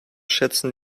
schätzen